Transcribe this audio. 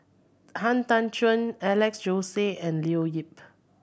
Han Tan Juan Alex Josey and Leo Yip